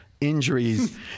injuries